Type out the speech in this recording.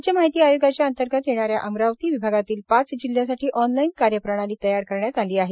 राज्य माहिती आयोगाच्या अंतर्गत येणाऱ्या अमरावती विभागातील पाच जिल्ह्यासाठी ऑनलाईन कार्यप्रणाली तयार करण्यात आली आहे